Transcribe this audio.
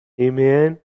Amen